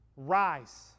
Rise